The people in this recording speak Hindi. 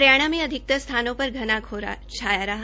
हरियाणा में आज अधिकतर स्थानों पर घना कोहरा छाया रहा